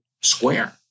Square